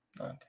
Okay